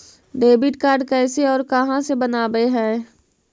Debit card कैसे और कहां से बनाबे है?